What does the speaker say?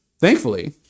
Thankfully